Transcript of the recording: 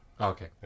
Okay